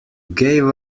gave